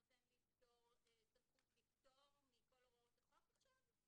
נותן לי סמכות לפטור מכל הוראות החוק עכשיו?